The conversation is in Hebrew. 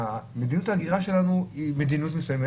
מדיניות ההגירה שלהם היא מסוימת,